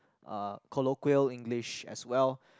ah colloquial English as well